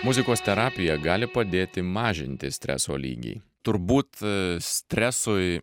muzikos terapija gali padėti mažinti streso lygį turbūt stresui